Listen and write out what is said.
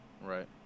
Right